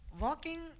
Walking